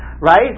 Right